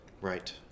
right